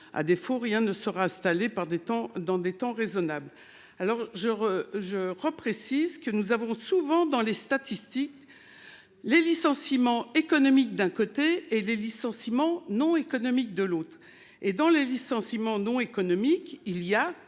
À défaut, rien ne sera installée par des temps dans des temps raisonnables. Alors je je reprécise que nous avons souvent dans les statistiques. Les licenciements économiques. D'un côté et les licenciements non économiques de l'autre et dans les licenciements non économiques, il y a